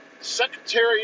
Secretary